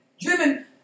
Driven